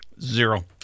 Zero